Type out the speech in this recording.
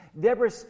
Deborah